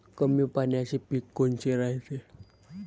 कमी पाण्याचे पीक कोनचे रायते?